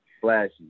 flashy